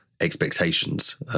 expectations